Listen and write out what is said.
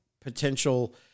potential